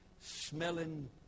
smelling